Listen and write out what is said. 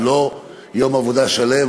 ולא יום עבודה שלם,